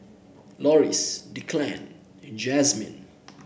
Loris Declan and Jazmine